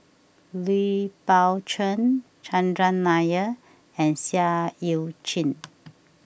Lui Pao Chuen Chandran Nair and Seah Eu Chin